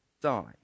die